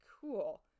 cool